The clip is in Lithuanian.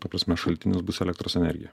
ta prasme šaltinis bus elektros energija